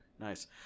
Nice